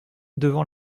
devant